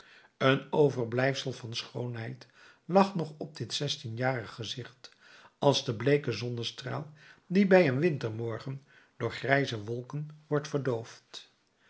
een overblijfsel van schoonheid lag nog op dit zestienjarig gezicht als de bleeke zonnestraal die bij een wintermorgen door grijze wolken wordt verdoofd